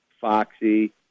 Foxy